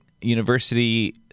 University